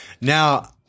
Now